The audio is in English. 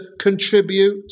contribute